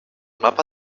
mapa